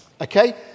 okay